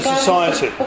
society